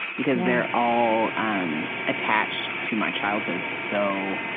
because they're all um attached to my childhood so,